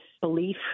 belief